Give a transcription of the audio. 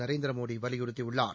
நரேந்திர மோடி வலியுறுத்தியுள்ளார்